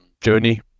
journey